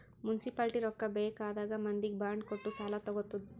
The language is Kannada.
ಮುನ್ಸಿಪಾಲಿಟಿ ರೊಕ್ಕಾ ಬೇಕ್ ಆದಾಗ್ ಮಂದಿಗ್ ಬಾಂಡ್ ಕೊಟ್ಟು ಸಾಲಾ ತಗೊತ್ತುದ್